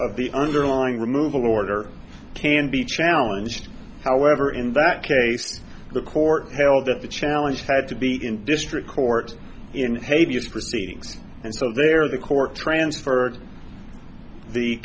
of the underlying removal order can be challenged however in that case the court held that the challenge had to be in district court in haiti as proceedings and so there the court transferred the